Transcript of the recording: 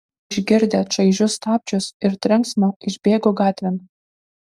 išgirdę čaižius stabdžius ir trenksmą išbėgo gatvėn